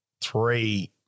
three